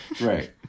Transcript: Right